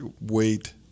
wait